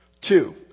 Two